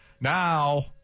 now